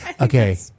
Okay